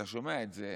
אתה שומע את זה,